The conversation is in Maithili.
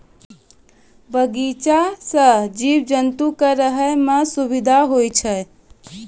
बगीचा सें जीव जंतु क रहै म सुबिधा होय छै